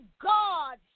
God